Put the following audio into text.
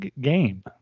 game